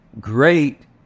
great